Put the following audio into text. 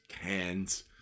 hands